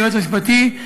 היועץ המשפטי,